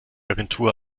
agentur